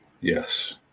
Yes